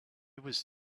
was